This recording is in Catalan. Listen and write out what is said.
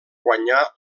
guanyar